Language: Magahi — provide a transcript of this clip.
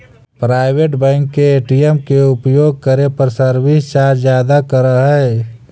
प्राइवेट बैंक के ए.टी.एम के उपयोग करे पर सर्विस चार्ज ज्यादा करऽ हइ